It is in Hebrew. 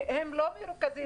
והם לא מרוכזים,